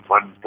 One